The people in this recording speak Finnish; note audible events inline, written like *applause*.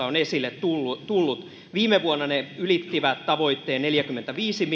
*unintelligible* on esille tullut viime vuonna ne ylittivät tavoitteen neljälläkymmenelläviidellä *unintelligible*